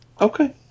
Okay